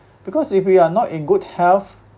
because if we are not in good health